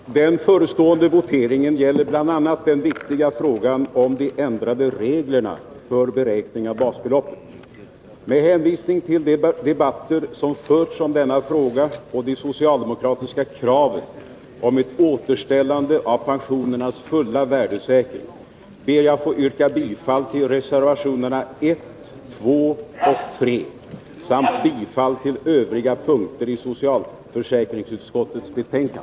Herr talman! Den förestående voteringen gäller bl.a. den viktiga frågan om de ändrade reglerna för beräkning av basbeloppet. Med hänvisning till de debatter som förts om denna fråga och de socialdemokratiska kraven om ett återställande av pensionernas fulla värdesäkring ber jag att få yrka bifall till reservationerna 1, 2 och 3 samt på övriga punkter bifall till socialförsäkringsutskottets hemställan.